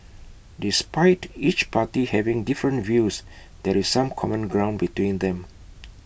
despite each party having different views there is some common ground between them